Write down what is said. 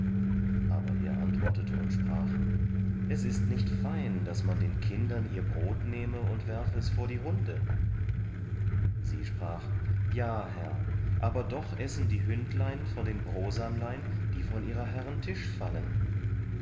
aber er antwortete und sprach es ist nicht fein daß man den kindern ihr brot nehme und werfe es vor die hunde sie sprach ja herr aber doch essen die hündlein von den brosamlein die von ihrer herren tisch fallen